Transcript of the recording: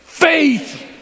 Faith